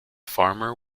farmer